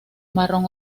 marrón